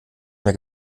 mehr